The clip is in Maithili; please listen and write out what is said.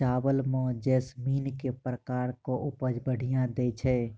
चावल म जैसमिन केँ प्रकार कऽ उपज बढ़िया दैय छै?